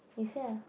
you say ah